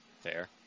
Fair